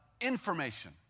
information